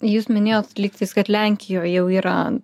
jūs minėjot lyg tais kad lenkijoj jau yra